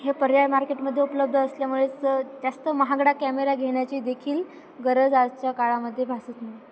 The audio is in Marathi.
हे पर्याय मार्केटमध्ये उपलब्ध असल्यामुळेच जास्त महागडा कॅमेरा घेण्याची देखील गरज आजच्या काळामध्ये भासत नाही